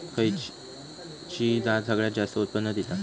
तांदळाची खयची जात सगळयात जास्त उत्पन्न दिता?